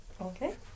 Okay